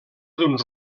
d’uns